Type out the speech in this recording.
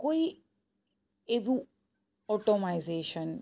કોઈ એવું ઓટોમાઈઝેસન